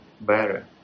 better